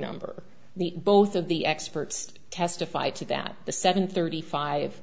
number the both of the experts testify to that the seven thirty five